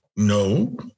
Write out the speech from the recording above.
No